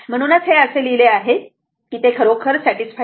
म्हणूनच हे असे लिहिले आहे की ते खरोखर सॅटिसफाईड आहेत